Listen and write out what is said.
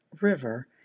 River